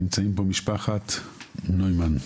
נמצאים פה משפחת נוימן,